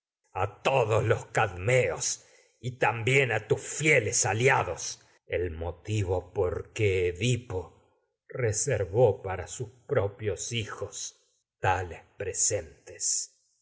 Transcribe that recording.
a todos los cadmeos por también tus fieles aliados sus motivo qué edipo reservó para propios hijos tales presentes